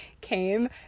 came